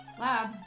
Lab